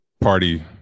party